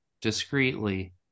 discreetly